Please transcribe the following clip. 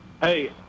Hey